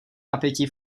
napětí